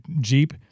Jeep